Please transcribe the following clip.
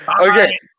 Okay